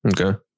Okay